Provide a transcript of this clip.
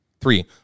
Three